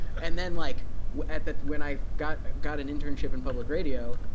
and then like when when i got got an internship in public radio,